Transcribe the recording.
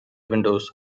windows